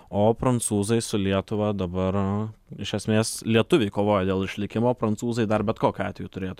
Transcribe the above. o prancūzai su lietuva dabar iš esmės lietuviai kovoja dėl išlikimo o prancūzai dar bet kokiu atveju turėtų